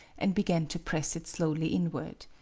and began to press it slowly inward.